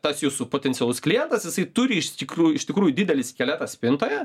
tas jūsų potencialus klientas jisai turi iš tikrųjų iš tikrųjų didelis skeletas spintoje